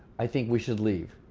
i think we should leave.